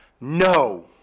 No